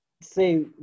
Say